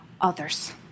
others